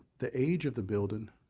the age of the building